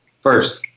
first